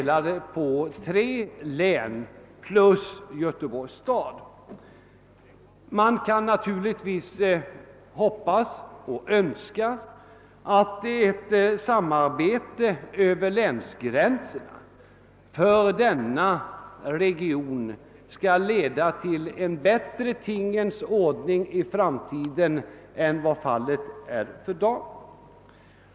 Man kan naturligtvis hoppas på och önska att ett samarbete över länsgränserna i denna region skall leda till en bättre tingens ordning i framtiden när det gäller planeringsfrågorna för regionen.